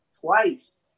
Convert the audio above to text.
Twice